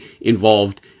involved